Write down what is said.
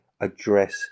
address